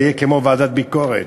זה יהיה כמו ועדת ביקורת,